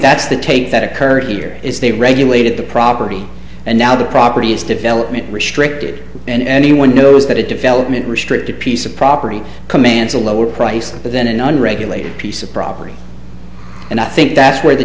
that's the take that occurred here is they regulated the property and now the property is development restricted and anyone knows that a development restricted piece of property commands a lower price than an regulate piece of property and i think that's where the